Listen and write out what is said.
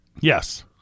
Yes